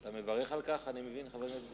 אתה מברך על כך, אני מבין, חבר הכנסת גילאון?